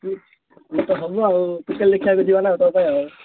ଇଏ ତ ହେବ ଆଉ ଟୁକେଲ୍ ଦେଖିବାକୁ ଯିବା ନା ତୋ ପାଇଁ ଆଉ